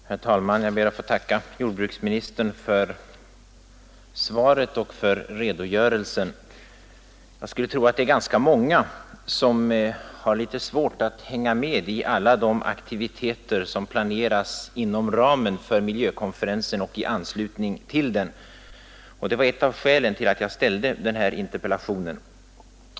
Herr talman! Jag ber att få tacka jordbruksministern för svaret och för redogörelsen. Jag skulle tro att det är ganska många som har litet svårt att hänga med i alla de aktiviteter som planeras inom ramen för miljövårdskonferensen och i anslutning till den. Detta var ett av skälen till att jag framställde interpellationen.